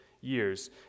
years